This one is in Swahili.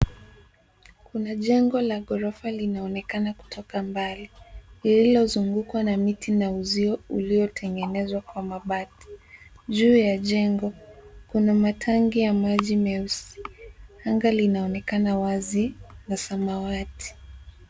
Kuna jengo la ghorofa linaonekana kutoka mbali. Lililozungukwa na miti na uzio uliotengenezwa kwa mabati. Juu ya jengo kuna matanki ya maji meusi. Anga linaonekana wazi na samawati.